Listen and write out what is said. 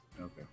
okay